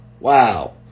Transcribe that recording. Wow